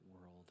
world